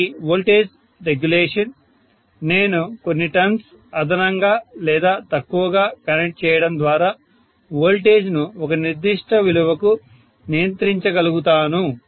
ఒకటి voltage regulation నేను కొన్ని టర్న్స్ అదనంగా లేదా తక్కువగా కనెక్ట్ చేయడం ద్వారా వోల్టేజ్ను ఒక నిర్దిష్ట విలువకు నియంత్రించగలుగుతాను